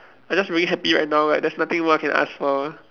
I'm just really happy right now like there's nothing more I can ask for